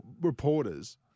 reporters